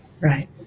Right